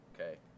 okay